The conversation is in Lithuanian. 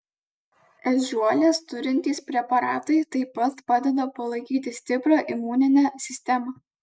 ežiuolės turintys preparatai taip pat padeda palaikyti stiprią imuninę sistemą